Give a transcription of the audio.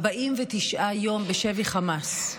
49 יום בשבי חמאס: